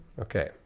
Okay